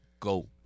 Go